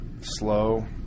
slow